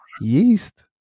yeast